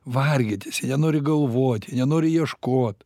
vargintis jie nenori galvot jie nenori ieškot